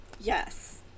Yes